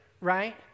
right